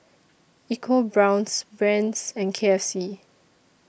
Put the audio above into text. EcoBrown's Brand's and K F C